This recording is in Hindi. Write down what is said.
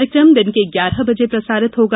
कार्यक्रम दिन के ग्यारह बजे प्रसारित होगा